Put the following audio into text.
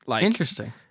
Interesting